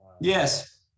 Yes